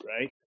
right